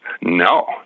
No